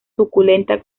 suculenta